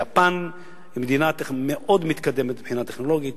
יפן היא מדינה מאוד מתקדמת מבחינה טכנולוגית,